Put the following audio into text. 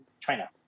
China